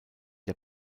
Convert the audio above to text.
der